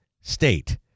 state